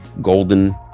golden